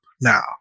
now